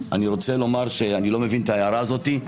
אני לא מבין את ההערה הזאת.